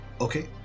Okay